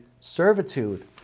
servitude